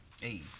Hey